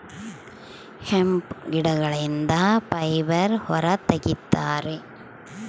hemp ಗಿಡಗಳಿಂದ fibre ಹೊರ ತಗಿತರೆ